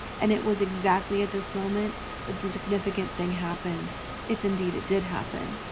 and it was exactly at this moment that the significant thing happened if, indeed, it did happen.